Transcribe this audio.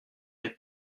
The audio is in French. elle